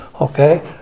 okay